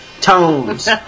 tones